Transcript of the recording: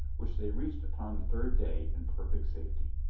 which they reached upon the third day in perfect safety.